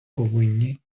повинні